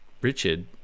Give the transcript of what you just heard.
richard